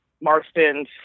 Marston's